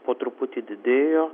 po truputį didėjo